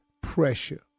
pressure